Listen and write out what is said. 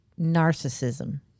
narcissism